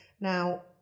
Now